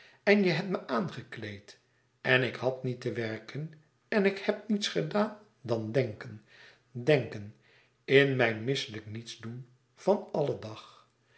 en je hebt me aangekleed en ik had niet te werken en ik heb niets gedaan dan denken denken in mijn misselijk niets doen van allen dag